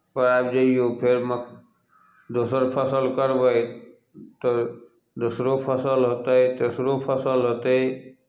पर आबि जइयौ फेर मक दोसर फसल करबै तऽ दोसरो फसल हेतै तेसरो फसल हेतै